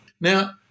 Now